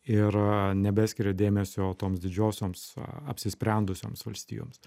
ir nebeskiria dėmesio toms didžiosioms apsisprendusioms valstijoms